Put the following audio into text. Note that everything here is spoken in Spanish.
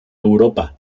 europa